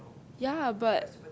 ya but